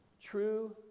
true